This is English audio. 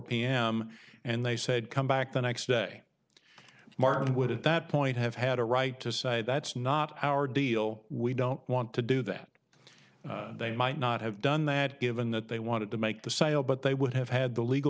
they said come back the next day martin would at that point have had a right to say that's not our deal we don't want to do that they might not have done that given that they wanted to make the sale but they would have had the legal